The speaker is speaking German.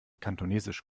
kantonesisch